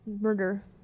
murder